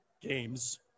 games